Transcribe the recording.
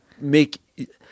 make